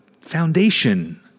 foundation